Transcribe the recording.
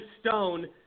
Stone